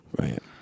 right